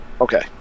Okay